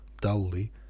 dully